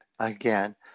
again